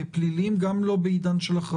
אני לא מבין את זה.